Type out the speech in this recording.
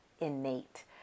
innate